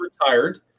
retired